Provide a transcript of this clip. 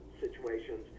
situations